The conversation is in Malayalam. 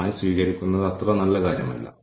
സ്വീകാര്യമെന്ന് കരുതുന്ന കാര്യങ്ങൾ എന്തൊക്കെയാണ്